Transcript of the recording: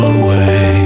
away